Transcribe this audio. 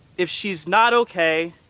if she's not ok.